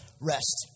rest